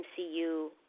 MCU